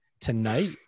tonight